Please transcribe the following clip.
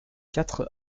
quatre